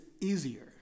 easier